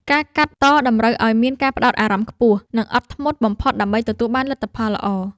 ការកាត់តតម្រូវឱ្យមានការផ្ដោតអារម្មណ៍ខ្ពស់ និង អត់ធ្មត់បំផុតដើម្បីទទួលបានលទ្ធផលល្អ។